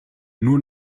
nur